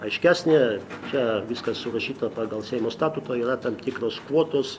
aiškesnė čia viskas surašyta pagal seimo statutą yra tam tikros kvuotos